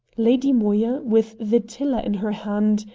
lady moya, with the tiller in her hand,